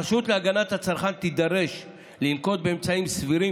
הרשות להגנת הצרכן תידרש לנקוט אמצעים סבירים